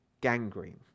gangrene